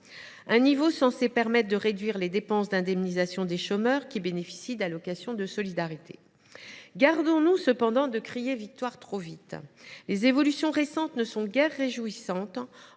un niveau censé permettre de réduire les dépenses d’indemnisation des chômeurs qui bénéficient d’allocations de solidarité. Gardons nous cependant de crier victoire trop vite ! Les évolutions récentes ne sont guère réjouissantes,